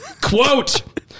quote